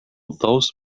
those